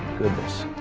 goodness.